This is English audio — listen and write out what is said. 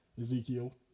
Ezekiel